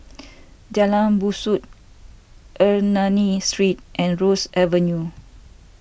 Jalan Besut Ernani Street and Ross Avenue